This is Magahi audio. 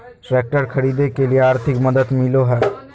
ट्रैक्टर खरीदे के लिए आर्थिक मदद मिलो है?